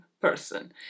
person